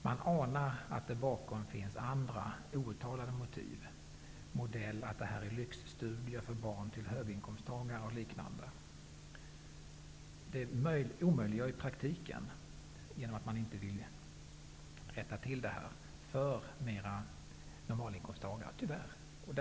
Man anar att det bakom finns andra, outtalade motiv, av modellen att det är fråga om lyxstudier för barn till höginkomsttagare. Att man inte vill rätta till situationen omöjliggör i praktiken tyvärr för mera normala inkomsttagare att utnyttja detta.